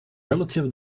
relative